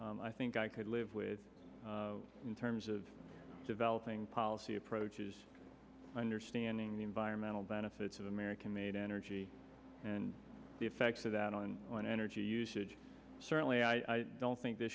i think i could live with in terms of developing policy approaches understanding the byron manal benefits of american made energy and the effects of that on on energy usage certainly i don't think th